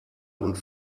und